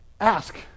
Ask